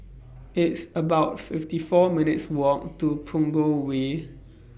It's about fifty four minutes' Walk to Punggol Way